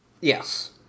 Yes